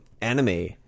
anime